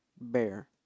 bear